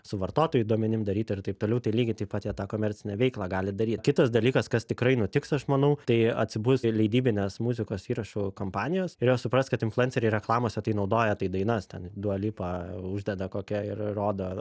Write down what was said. su vartotojų duomenim daryti ir taip toliau tai lygiai taip pat jie tą komercinę veiklą gali daryt kitas dalykas kas tikrai nutiks aš manau tai atsibus leidybinės muzikos įrašų kompanijos ir jos supras kad influenceriai reklamose tai naudoja tai dainas ten dua lipa uždeda kokią ir rodo